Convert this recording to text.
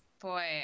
Boy